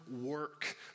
work